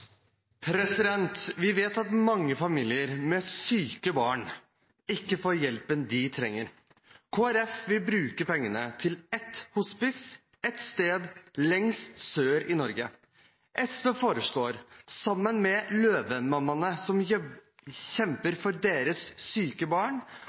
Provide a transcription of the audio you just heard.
fram. Vi vet at mange familier med syke barn ikke får hjelpen de trenger. Kristelig Folkeparti vil bruke penger til ett hospice ett sted lengst sør i Norge. SV foreslår – sammen med Løvemammaene, som